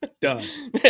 Done